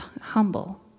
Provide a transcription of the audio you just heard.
humble